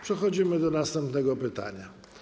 Przechodzimy do następnego pytania.